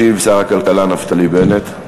ישיב שר הכלכלה נפתלי בנט.